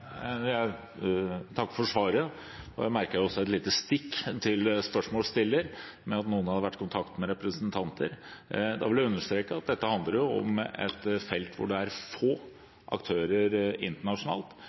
Jeg takker for svaret. Jeg merket meg et lite stikk til spørsmålsstilleren – om at noen har vært i kontakt med representanter. Da vil jeg understreke at dette handler om et felt der det er